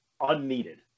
unneeded